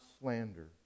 slander